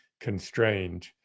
constrained